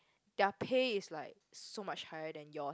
their pay is like so much higher than yours